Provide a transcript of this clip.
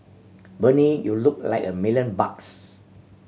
Bernie you look like a million bucks